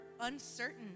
uncertain